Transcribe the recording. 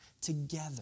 together